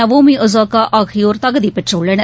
நவோமிஒசாகாஆகியோர் தகுதிபெற்றுள்ளனர்